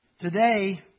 Today